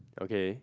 okay